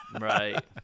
Right